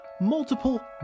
multiple